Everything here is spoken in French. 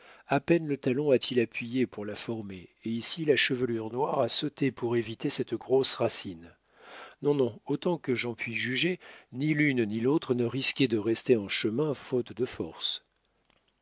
à peine le talon a-t-il appuyé pour la former et ici la chevelure noire a sauté pour éviter cette grosse racine non non autant que j'en puis juger ni l'une ni l'autre ne risquait de rester en chemin faute de forces